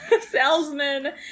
salesman